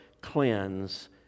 cleanse